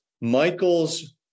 Michael's